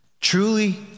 truly